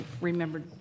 remembered